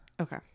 okay